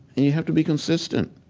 you have to be consistent,